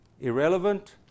irrelevant